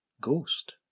ghost